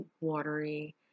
watery